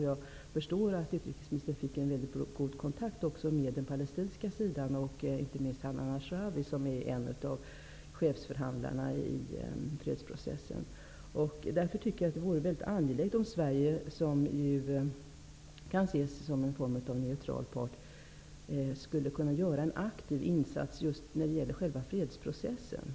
Jag förstår att utrikesministern fick en mycket god kontakt också med den palestinska sidan, inte minst Hannan Asrawi, som är en av chefsförhandlarna i fredsprocessen. Därför tycker jag att det vore angeläget att Sverige, som ju kan ses som en neutral part, kunde göra en aktiv insats just när det gäller själva fredsprocessen.